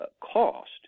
cost